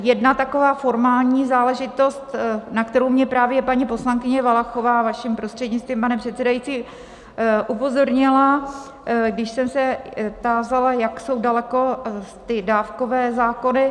Jedna taková formální záležitost, na kterou mě právě paní poslankyně Valachová vaším prostřednictvím, pane předsedající, upozornila, když jsem se tázala, jak jsou daleko ty dávkové zákony.